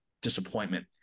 disappointment